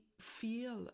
feel